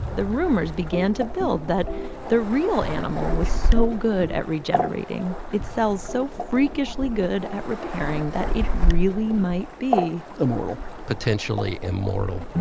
the rumors began to build that the real animal was so good at regenerating, its cells so freakishly good at repairing, that it really might be. immortal potentially immortal